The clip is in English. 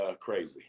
crazy